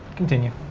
continue.